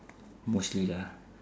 mostly lah